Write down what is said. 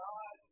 God